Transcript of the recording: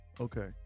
Okay